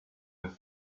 have